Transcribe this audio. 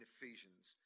Ephesians